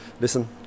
listen